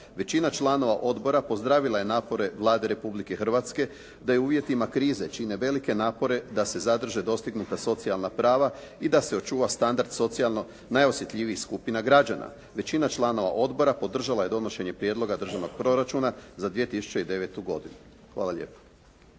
Većina članova odbora pozdravila je napore Vlade Republike Hrvatske da i u uvjetima krize čine velike napore da se zadrže dostignuta socijalna prava i da se očuva standard socijalno najosjetljivijih skupina građana. Većina članova odbora podržala je donošenje Prijedloga državnog proračuna za 2009. godinu. Hvala lijepo.